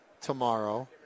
tomorrow